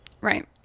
Right